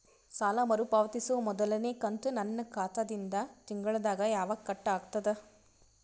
ಸಾಲಾ ಮರು ಪಾವತಿಸುವ ಮೊದಲನೇ ಕಂತ ನನ್ನ ಖಾತಾ ದಿಂದ ತಿಂಗಳದಾಗ ಯವಾಗ ಕಟ್ ಆಗತದ?